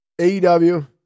aew